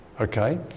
okay